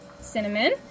Cinnamon